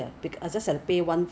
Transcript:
but of course you have to pay more lah